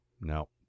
No